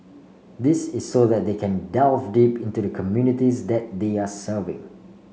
this is so that they can delve deep into the communities that they are serving